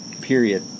Period